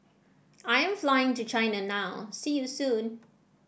I am flying to China now See you soon